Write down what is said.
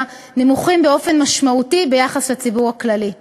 נמוכים באופן משמעותי ביחס לציבור הכללי.